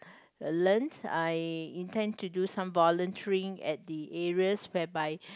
learnt I intend to do some volunteering at the areas whereby